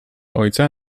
ojca